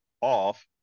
off